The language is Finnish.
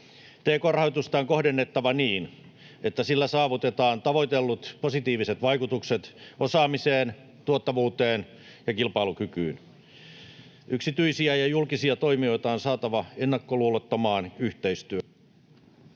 Tk-rahoitusta on kohdennettava niin, että sillä saavutetaan tavoitellut positiiviset vaikutukset osaamiseen, tuottavuuteen ja kilpailukykyyn. Yksityisiä ja julkisia toimijoita on saatava ennakkoluulottomaan yhteistyöhön.